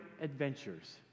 adventures